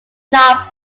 not